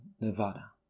Nevada